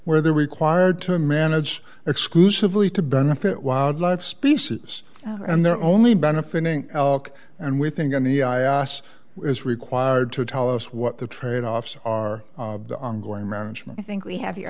where they're required to manage exclusively to benefit wildlife species and they're only benefiting elk and we think any i r s is required to tell us what the trade offs are the ongoing management i think we have your